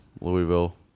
Louisville